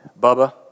Bubba